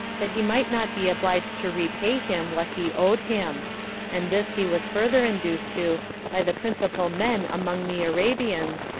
that he might not be obliged to repay him what he owed him and this he was further induced to by the principal men among the arabians,